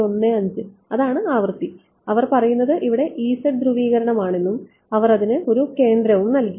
15 അതാണ് ആവൃത്തി അവർ പറയുന്നത് ഇവിടെ ധ്രുവീകരണമാണെന്നും അവർ അതിന് ഒരു കേന്ദ്രം നൽകി